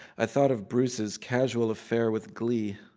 i thought of bruce's casual affair with glee,